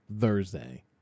thursday